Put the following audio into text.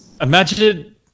Imagine